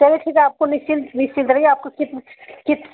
चलिए ठीक है आपको निश्चिंत निश्चिंत रहिए आपको कित कित